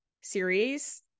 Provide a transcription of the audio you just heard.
series